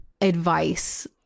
advice